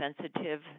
sensitive